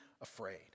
afraid